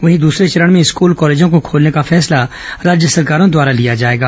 वहीं दूसरे चरण में स्कूल कॉलेजों को खोलने का फैसला राज्य सरकारों द्वारा लिया जाएगा